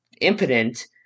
impotent